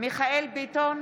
מיכאל מרדכי ביטון,